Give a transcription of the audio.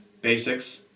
basics